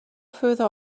further